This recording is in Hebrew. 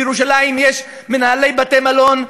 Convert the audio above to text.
בירושלים יש מנהלי בתי-מלון,